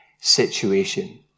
situation